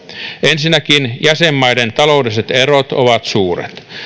ensinnäkin jäsenmaiden taloudelliset erot ovat suuret